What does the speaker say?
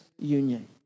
union